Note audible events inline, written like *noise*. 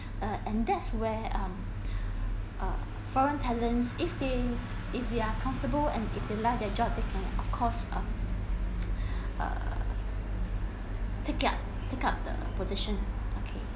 uh and that's where um *breath* uh foreign talents if they if they're comfortable and if they left their job they can of course uh *noise* *breath* err pick it up take up the position okay